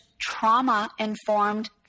trauma-informed